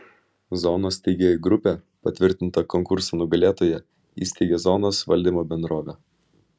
zonos steigėjų grupė patvirtinta konkurso nugalėtoja įsteigia zonos valdymo bendrovę